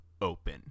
open